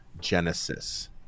Genesis